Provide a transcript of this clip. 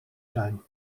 zijn